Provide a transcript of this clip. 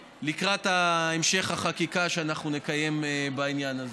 המשך החקיקה שאנחנו נקיים בעניין הזה.